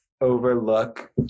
overlook